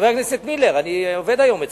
חבר הכנסת מילר, אני עובד היום אצלך.